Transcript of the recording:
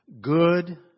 good